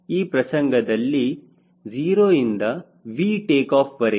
ಈ ಪ್ರಸಂಗದಲ್ಲಿ 0 ಇಂದ V ಟೇಕಾಫ್ ವರೆಗೆ